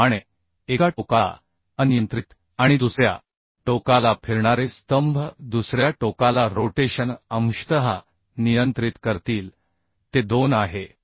त्याचप्रमाणे एका टोकाला अनियंत्रित आणि दुसऱ्या टोकाला फिरणारे स्तंभ दुसऱ्या टोकाला रोटेशन अंशतः नियंत्रित करतील ते 2 आहे